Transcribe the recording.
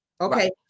Okay